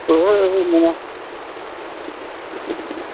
ओहो ओहो मोना